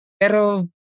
Pero